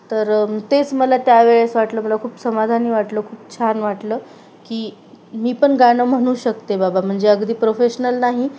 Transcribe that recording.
तर तेच मला त्यावेळेस वाटलं मला खूप समाधानी वाटलं खूप छान वाटलं की मी पण गाणं म्हणू शकते बाबा म्हणजे अगदी प्रोफेशनल नाही